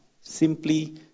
simply